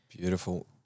Beautiful